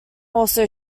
also